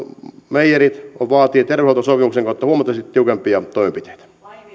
meijerit vaativat terveydenhuoltosopimuksen kautta huomattavasti tiukempia toimenpiteitä